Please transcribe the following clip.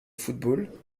football